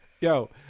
Yo